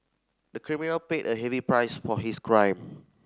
the criminal paid a heavy price for his crime